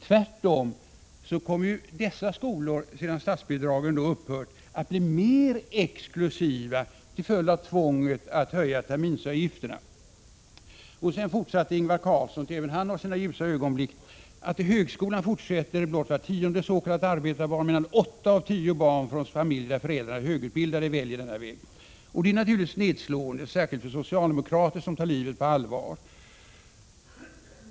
Tvärtom kommer dessa skolor, sedan statsbidragen upphört, att bli mer exklusiva till följd av tvånget att höja terminsavgifterna. Ingvar Carlsson sade vidare — ty även han har sina ljusa ögonblick — att till högskolan fortsätter blott vart tionde s.k. arbetarbarn, medan åtta av tio barn från familjer där föräldrarna är högutbildade väljer denna väg. Det är naturligtvis nedslående, särskilt för socialdemokrater, som tar livet på allvar.